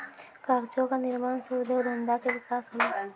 कागजो क निर्माण सँ उद्योग धंधा के विकास होलय